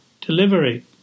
delivery